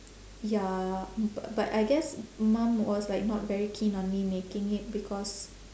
ya b~ but I guess mum was like not very keen on me making it because